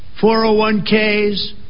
401ks